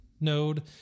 node